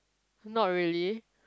not really